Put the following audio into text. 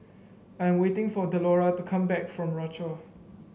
I am waiting for Delora to come back from Rochor